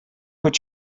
what